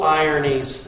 ironies